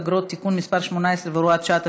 אגרות והוצאות (תיקון מס' 18 והוראת שעה),